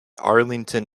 arlington